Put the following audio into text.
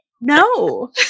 No